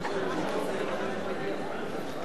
נא להצביע.